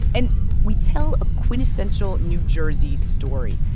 and we tell a quintessential new jersey story,